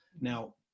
Now